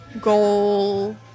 goal